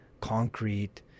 concrete